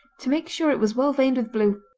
to make sure it was well veined with blue,